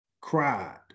cried